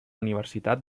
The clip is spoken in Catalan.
universitat